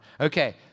Okay